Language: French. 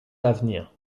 d’avenir